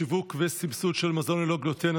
שיווק וסבסוד של מזון ללא גלוטן,